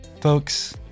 Folks